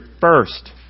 first